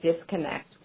disconnect